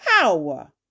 power